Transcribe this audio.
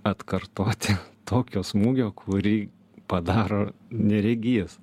atkartoti tokio smūgio kurį padaro neregys